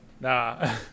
Nah